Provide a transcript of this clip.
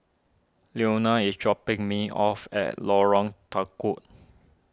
Leonia is dropping me off at Lorong Tukol